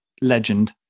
legend